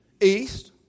east